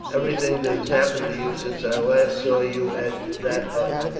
everything that has happened to you since i last saw you at that hut.